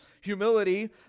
humility